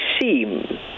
seem